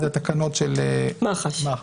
התקנות אושרו פה אחד.